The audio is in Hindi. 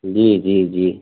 जी जी जी